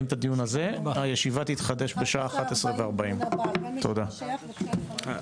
הישיבה ננעלה בשעה 11:24.